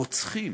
"רוצחים",